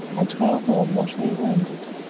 and twelve more mortally wounded.